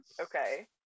okay